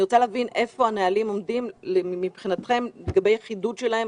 אני רוצה להבין איפה הנהלים עומדים מבחינתכם ומה החידוד שלהם